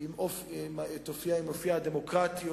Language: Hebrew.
עם אופיה הדמוקרטי,